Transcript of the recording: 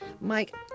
Mike